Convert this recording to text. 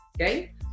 Okay